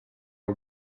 are